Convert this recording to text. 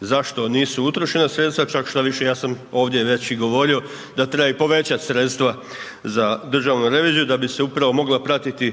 Zašto nisu utrošena sredstva, čak štoviše, ja sam ovdje već i govorio da treba i povećati sredstva za Državnu reviziju da bi se upravo mogao pratiti